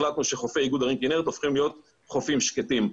החלטנו שחופי איגוד ערים כנרת הופכים להיות חופים שקטים.